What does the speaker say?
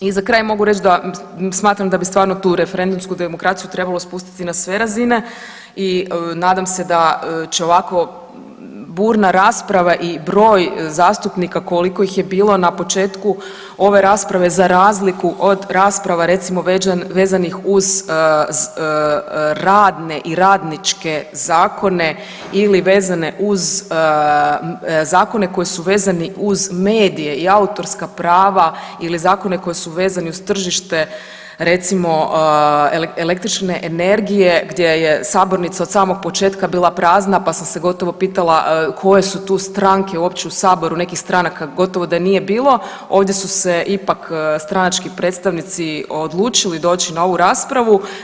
I za kraj mogu reć da smatram da bi stvarno tu referendumsku demokraciju trebalo spustiti na sve razine i nadam se da će ovakvo burna rasprava i broj zastupnika koliko ih je bilo na početku ove rasprave za razliku od rasprava recimo vezanih uz radne i radničke zakone ili vezane uz zakone koji su vezani uz medije i autorska prava ili zakone koji su vezani uz tržište recimo električne energije gdje je sabornica od samog početka bila prazna, pa sam se gotovo pitala koje su tu stranke uopće u saboru, nekih stranaka gotovo da nije bilo, ovdje su se ipak stranački predstavnici odlučili doći na ovu raspravu.